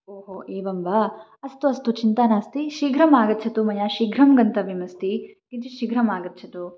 ओ हो एवं वा अस्तु अस्तु चिन्ता नास्ति शीघ्रम् आगच्छतु मया शीघ्रं गन्तव्यमस्ति किञ्चित् शीघ्रम् आगच्छतु